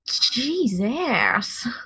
Jesus